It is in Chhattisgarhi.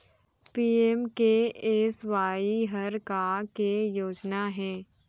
पी.एम.के.एस.वाई हर का के योजना हे?